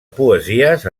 poesies